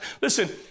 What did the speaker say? Listen